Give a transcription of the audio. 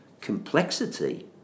Complexity